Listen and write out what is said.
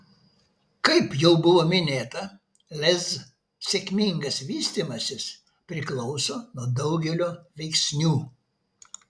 kaip jau buvo minėta lez sėkmingas vystymasis priklauso nuo daugelio veiksnių